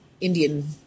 Indian